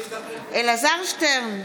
בעד אלעזר שטרן,